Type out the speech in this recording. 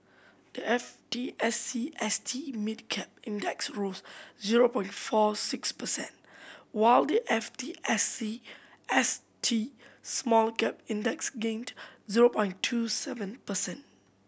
the F T S E S T Mid Cap Index rose zero point four six percent while the F T S E S T Small Cap Index gained zero point two seven percent